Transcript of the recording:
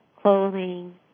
clothing